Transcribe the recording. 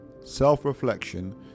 self-reflection